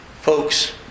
Folks